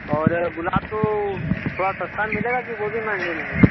और गुलाब तो थोड़ा सस्ता मिलेगा कि वो भी महँगे में है